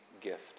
gift